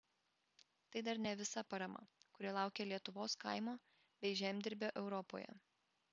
tai dar ne visa parama kuri laukia lietuvos kaimo bei žemdirbio europoje